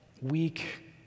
weak